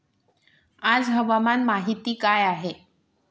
आज हवामान माहिती काय आहे?